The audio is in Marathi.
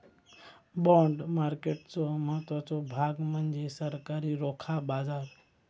बाँड मार्केटचो महत्त्वाचो भाग म्हणजे सरकारी रोखा बाजार